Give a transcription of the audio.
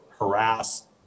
harass